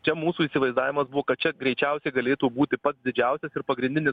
čia mūsų įsivaizdavimas buvo kad čia greičiausiai galėtų būti pats didžiausias ir pagrindinis